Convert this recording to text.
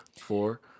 four